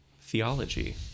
theology